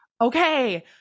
okay